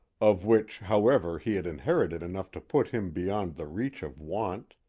of which, however, he had inherited enough to put him beyond the reach of want.